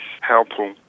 helpful